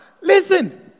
Listen